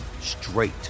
straight